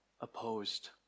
Opposed